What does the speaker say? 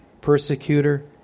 persecutor